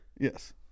Yes